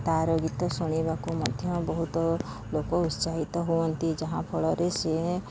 ତା'ର ଗୀତ ଶୁଣିବାକୁ ମଧ୍ୟ ବହୁତ ଲୋକ ଉତ୍ସାହିତ ହୁଅନ୍ତି ଯାହାଫଳରେ ସିଏ